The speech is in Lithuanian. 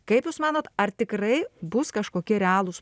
kaip jūs manot ar tikrai bus kažkokie realūs